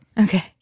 Okay